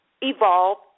evolve